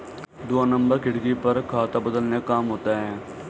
दो नंबर खिड़की पर खाता बदलने का काम होता है